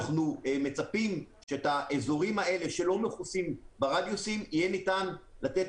אנחנו מצפים שהאזורים שלא מכוסים ברדיוסים יהיה ניתן לתת